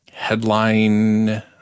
headline